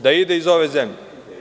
Da ide iz ove zemlje.